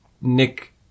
Nick